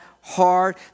hard